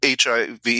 HIV